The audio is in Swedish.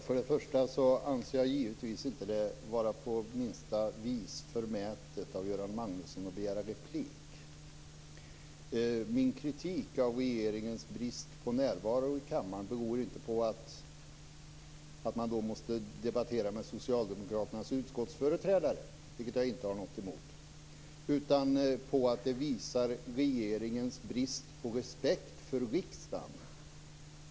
Fru talman! Till att börja med anser jag givetvis att det inte på minsta vis är förmätet av Göran Magnusson att begära replik. Min kritik av regeringens brist på närvaro i kammaren beror inte på att man måste debattera med socialdemokraternas utskottsföreträdare - vilket jag inte har något emot - utan det visar på regeringens brist på respekt för riksdagen.